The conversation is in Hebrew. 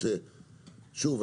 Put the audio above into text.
שוב,